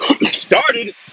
Started